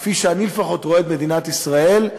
כפי שאני לפחות רואה את מדינת ישראל,